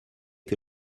que